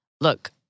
look